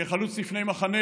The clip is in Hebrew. כחלוץ לפני מחנה.